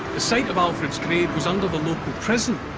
the site of alfred's grave was under the local prison,